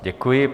Děkuji.